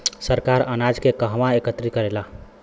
सरकार अनाज के कहवा एकत्रित करेला?